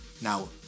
Now